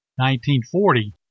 1940